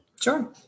Sure